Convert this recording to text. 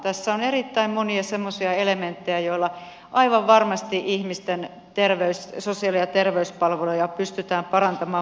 tässä on erittäin monia semmoisia elementtejä joilla aivan varmasti ihmisten sosiaali ja terveyspalveluja pystytään parantamaan monella tasolla